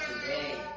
today